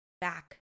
back